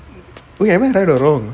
wait am I right or wrong